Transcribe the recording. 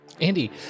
andy